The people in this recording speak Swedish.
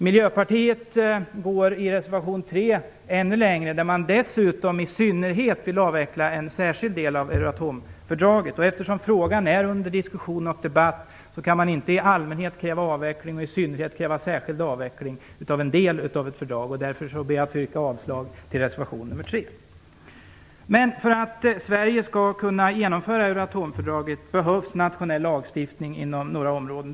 Miljöpartiet går i reservation 3 ännu längre, och vill dessutom i synnerhet avveckla en särskild del av Euratomfördraget. Eftersom frågan är under diskussion och debatt kan man inte i allmänhet kräva avveckling och i synnerhet kräva särskild avveckling av en del av ett fördrag. Därför vill jag yrka avslag till reservation nr 3. Men för att Sverige skall kunna genomföra Euroatomfördraget behövs nationell lagstiftning inom några områden.